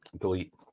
delete